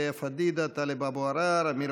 לאה פדידה, טלב אבו עראר,